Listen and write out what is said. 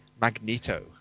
Magneto